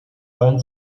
sein